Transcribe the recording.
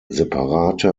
separate